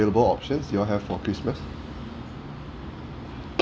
~able options you all have for christmas